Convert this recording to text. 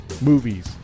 movies